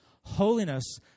Holiness